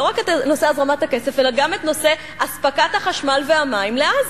לא רק את נושא הזרמת הכסף אלא גם את נושא אספקת החשמל והמים לעזה.